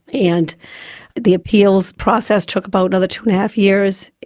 and the appeals process took about another two and a half years,